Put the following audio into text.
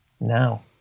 now